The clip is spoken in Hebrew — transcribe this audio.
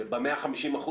ב-150%,